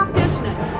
business